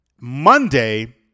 Monday